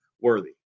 worthy